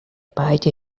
beide